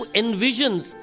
envisions